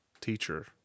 Teacher